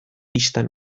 bistan